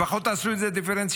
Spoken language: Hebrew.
לפחות תעשו את זה דיפרנציאלי.